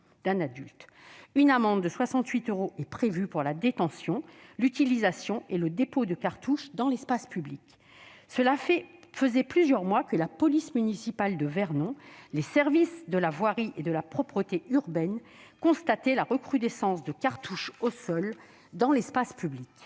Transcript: Une amende de 68 euros est prévue pour la détention, l'utilisation et le dépôt de cartouche dans l'espace public. Cela faisait plusieurs mois que la police municipale de Vernon, les services de la voirie et de la propreté urbaine constataient l'augmentation du nombre de cartouches au sol dans certains